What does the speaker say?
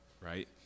right